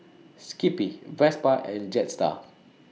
Skippy Vespa and Jetstar